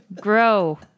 grow